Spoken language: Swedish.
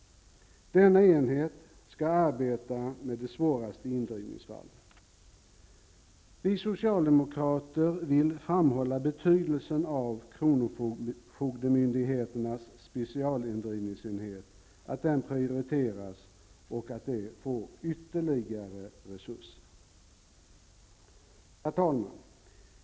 Denna enhet skall arbeta med de svåraste indrivningsfallen. Vi socialdemokrater vill framhålla betydelsen av att kronofogdemyndigheternas specialindrivningsenheter prioriteras och att de får ytterligare resurser. Herr talman!